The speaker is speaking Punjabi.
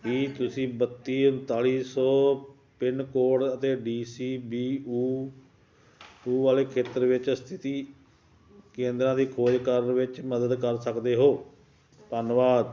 ਕੀ ਤੁਸੀਂ ਬੱਤੀ ਉੱਨਤਾਲੀ ਸੌ ਪਿੰਨਕੋਡ ਅਤੇ D C B O O ਵਾਲੇ ਖੇਤਰ ਵਿੱਚ ਸਥਿਤੀ ਕੇਂਦਰਾਂ ਦੀ ਖੋਜ ਕਰਨ ਵਿੱਚ ਮਦਦ ਕਰ ਸਕਦੇ ਹੋ ਧੰਨਵਾਦ